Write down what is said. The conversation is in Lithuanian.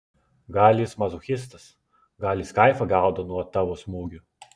gal jis mazochistas gal jis kaifą gaudo nuo tavo smūgių